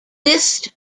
list